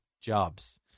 jobs